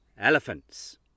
elephants